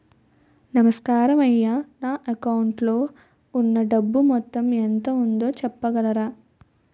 నమస్కారం అయ్యా నా అకౌంట్ లో ఉన్నా డబ్బు మొత్తం ఎంత ఉందో చెప్పగలరా?